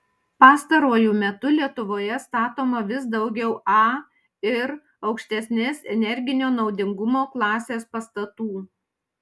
pastaruoju metu lietuvoje statoma vis daugiau a ir aukštesnės energinio naudingumo klasės pastatų